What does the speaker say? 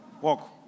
Walk